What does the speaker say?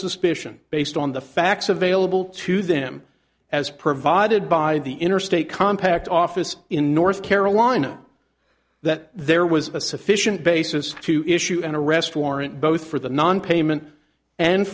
suspicion based on the facts available to them as provided by the interstate compact office in north carolina that there was a sufficient basis to issue an arrest warrant both for the nonpayment and